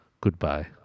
goodbye